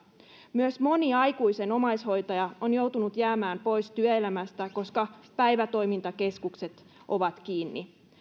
myös moni aikuisen omaishoitaja on joutunut jäämään pois työelämästä koska päivätoimintakeskukset ovat kiinni